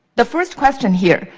the first question here,